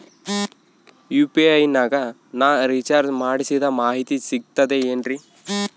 UPI ನಾಗ ನಾ recharge ಮಾಡಿಸಿದ ಮಾಹಿತಿ ಸಿಕ್ತದೆ ಏನ್ರಿ?